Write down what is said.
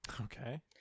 Okay